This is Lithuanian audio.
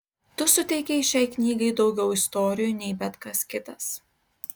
tu suteikei šiai knygai daugiau istorijų nei bet kas kitas